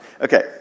Okay